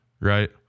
right